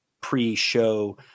pre-show